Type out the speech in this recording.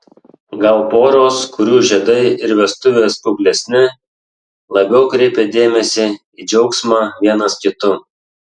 gal poros kurių žiedai ir vestuvės kuklesni labiau kreipia dėmesį į džiaugsmą vienas kitu